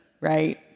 right